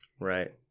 Right